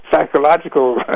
psychological